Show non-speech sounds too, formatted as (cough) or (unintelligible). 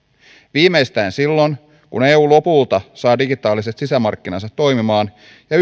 viimeistään silloin kun eu lopulta saa digitaaliset sisämarkkinansa toimimaan ja (unintelligible)